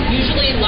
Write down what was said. usually